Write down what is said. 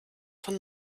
von